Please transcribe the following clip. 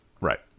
Right